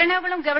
എറണാകുളം ഗവ